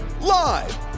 live